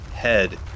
head